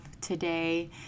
today